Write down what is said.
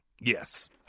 Yes